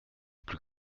plus